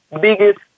biggest